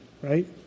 right